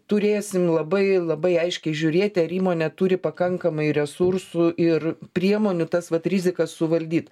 turėsim labai labai aiškiai žiūrėti ar įmonė turi pakankamai resursų ir priemonių tas vat rizikas suvaldyt